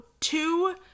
two